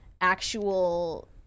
actual